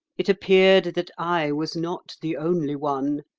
it appeared that i was not the only one.